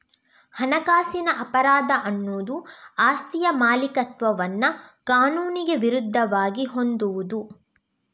ಹಣಕಾಸಿನ ಅಪರಾಧ ಅನ್ನುದು ಆಸ್ತಿಯ ಮಾಲೀಕತ್ವವನ್ನ ಕಾನೂನಿಗೆ ವಿರುದ್ಧವಾಗಿ ಹೊಂದುವುದು